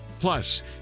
plus